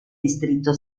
distrito